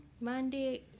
Monday